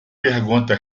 pergunta